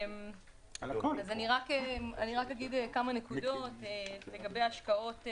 אגיד כמה נקודות לגבי השקעות.